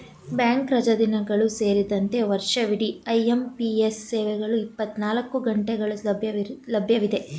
bank ರಜಾದಿನಗಳು ಸೇರಿದಂತೆ ವರ್ಷವಿಡಿ ಐ.ಎಂ.ಪಿ.ಎಸ್ ಸೇವೆ ಇಪ್ಪತ್ತನಾಲ್ಕು ಗಂಟೆಗಳು ಲಭ್ಯವಿದೆ